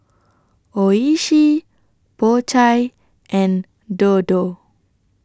Oishi Po Chai and Dodo